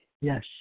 Yes